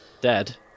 Dead